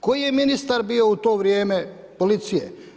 Koji je ministar bio u to vrijeme policije?